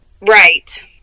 Right